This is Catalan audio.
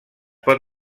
pot